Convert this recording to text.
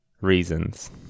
reasons